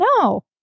No